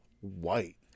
White